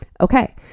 Okay